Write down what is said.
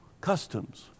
customs